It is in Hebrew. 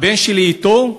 הבן שלי אתו.